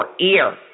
Ear